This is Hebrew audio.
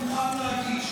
אני מוכן להגיש.